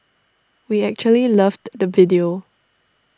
we actually loved the video